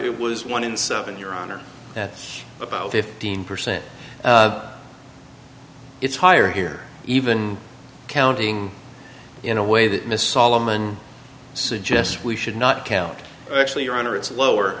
it was one in seven your honor that's about fifteen percent it's higher here even counting in a way that mr solomon suggests we should not count actually your honor it's lower